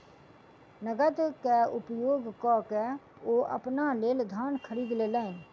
नकद के उपयोग कअ के ओ अपना लेल धान खरीद लेलैन